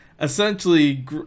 essentially